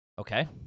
Okay